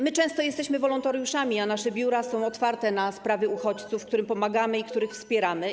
My często jesteśmy wolontariuszami, a nasze biura są otwarte na sprawy uchodźców, którym pomagamy i których wspieramy.